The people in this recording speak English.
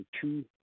two